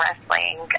wrestling